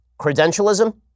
credentialism